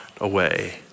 away